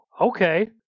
Okay